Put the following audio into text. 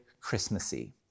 Christmassy